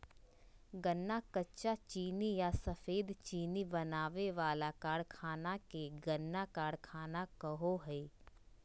गन्ना कच्चा चीनी या सफेद चीनी बनावे वाला कारखाना के गन्ना कारखाना कहो हइ